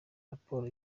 raporo